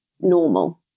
normal